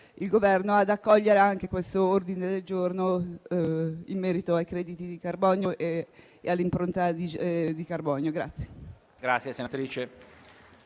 il Governo ad accogliere anche quest'ordine del giorno in merito ai crediti di carbonio e all'impronta di carbonio.